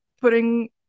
putting